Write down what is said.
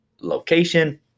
location